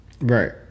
Right